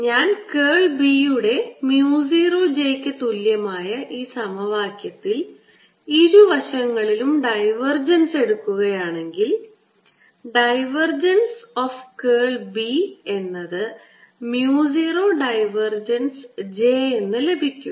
ഞാൻ curl B യുടെ mu 0 j ക്ക് തുല്യമായ ഈ സമവാക്യത്തിൽ ഇരുവശങ്ങളിലും ഡൈവർജൻസ് എടുക്കുകയാണെങ്കിൽ ഡൈവർജൻസ് ഓഫ് കേൾ B എന്നത് mu 0 ഡൈവർജൻസ് j എന്ന് ലഭിക്കും